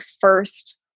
first